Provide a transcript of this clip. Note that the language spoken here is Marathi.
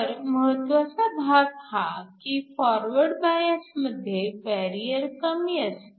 तर महत्वाचा भाग हा की फॉरवर्ड बायस मध्ये बॅरिअर कमी असते